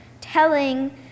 Telling